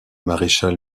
maréchal